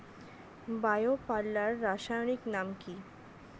Bio পাল্লার রাসায়নিক নাম কি?